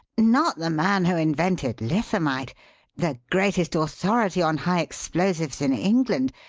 not the man who invented lithamite the greatest authority on high explosives in england?